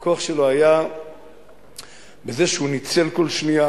היה בזה שהוא ניצל כל שנייה,